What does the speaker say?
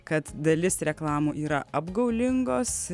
kad dalis reklamų yra apgaulingos